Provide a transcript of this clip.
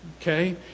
Okay